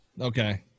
Okay